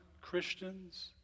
Christians